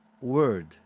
word